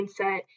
mindset